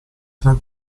tra